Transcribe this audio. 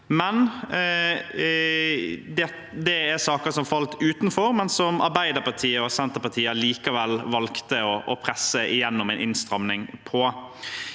Det er saker som falt utenfor, men som Arbeiderpartiet og Senterpartiet likevel valgte å presse gjennom en innstramming på.